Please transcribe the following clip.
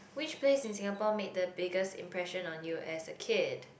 which place in Singapore made the biggest impression on you as a kid